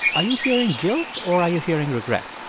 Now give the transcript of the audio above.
are you hearing guilt? or are you hearing regret?